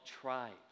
tribes